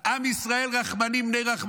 עם ישראל רחמנים בני רחמנים.